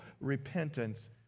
repentance